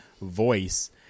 voice